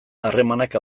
harremanak